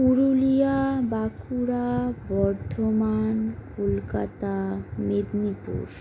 Purulia Bankura Bardhaman Kolkata Medinipur